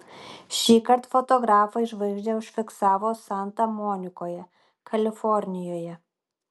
šįkart fotografai žvaigždę užfiksavo santa monikoje kalifornijoje